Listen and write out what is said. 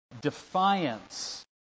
defiance